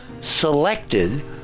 selected